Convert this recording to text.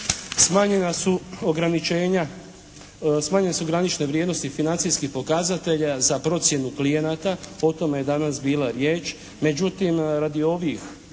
smanjene su granične vrijednosti financijskih pokazatelja za procjenu klijenata, o tome je danas bila riječ, međutim radi ovih